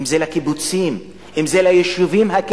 אם זה לקיבוצים, אם זה ליישובים הקהילתיים?